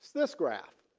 this graph.